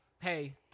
hey